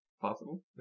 possible